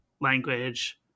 language